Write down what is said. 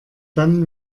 dann